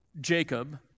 Jacob